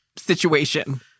situation